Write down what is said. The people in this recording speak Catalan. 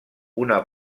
una